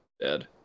dead